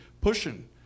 pushing